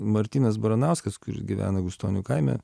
martynas baranauskas kuris gyvena gustonių kaime